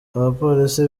abapolisi